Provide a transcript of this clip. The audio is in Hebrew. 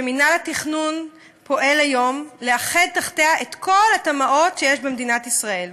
שמינהל התכנון פועל היום לאחד תחתיה את כל התמ"אות שיש במדינת ישראל.